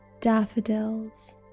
daffodils